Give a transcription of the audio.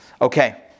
Okay